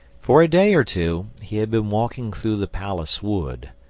for a day or two he had been walking through the palace-wood,